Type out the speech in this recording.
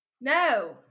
No